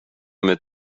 mit